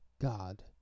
God